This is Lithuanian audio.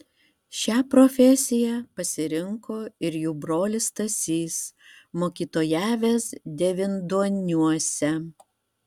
šią profesiją pasirinko ir jų brolis stasys mokytojavęs devynduoniuose